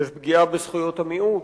יש פגיעה בזכויות המיעוט,